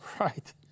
Right